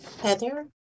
Heather